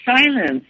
silence